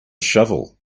shovel